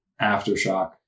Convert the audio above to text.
aftershock